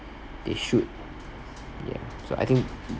they should yeah so I think